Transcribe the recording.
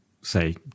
say